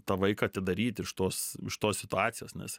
tą vaiką atidaryti iš tos iš tos situacijos nes